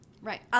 Right